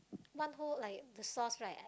one whole like the sauce right